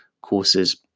courses